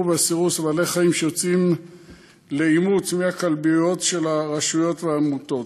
והסירוס של בעלי-חיים שיוצאים לאימוץ מהכלביות של הרשויות והעמותות.